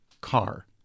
car